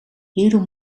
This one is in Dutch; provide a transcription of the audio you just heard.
hierdoor